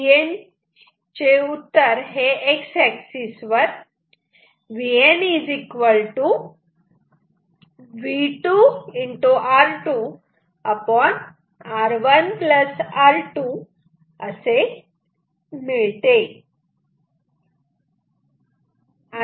तर उत्तर हे X एक्सिस वर Vn हे VN V2 R2R1R2 असे असेल